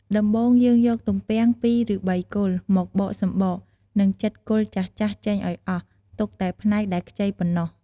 ដំបូង យើងយកទំពាំង ២ឬ៣គល់ មកបកសំបក និងចិតគល់ចាស់ៗចេញឱ្យអស់ ទុកតែផ្នែកដែលខ្ចីប៉ុណ្ណោះ។